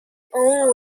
own